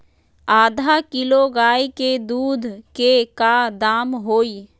आधा किलो गाय के दूध के का दाम होई?